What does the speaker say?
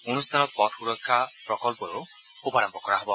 অনুষ্ঠানত পথ সুৰক্ষা প্ৰকল্পৰো শুভাৰম্ভ কৰা হ'ব